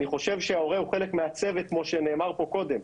אני חושב שההורה הוא חלק מהצוות כמו שנאמר פה קודם.